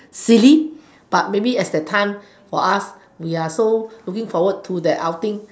silly but maybe at that time for us we are so looking forward to the outing